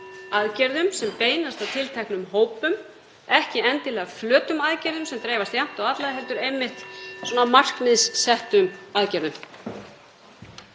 aðgerðum sem beinast að tilteknum hópum, ekki endilega flötum aðgerðum sem dreifast jafnt á alla, heldur einmitt svona markmiðssettum aðgerðum.“